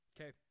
Okay